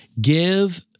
give